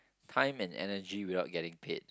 time and energy without getting paid